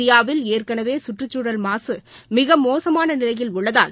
இந்தியாவில் ஏற்கனவே கற்றுச்சூழல் மாசு மிக மோசமான நிலையில் உள்ளதால்